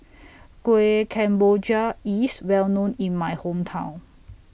Kuih Kemboja IS Well known in My Hometown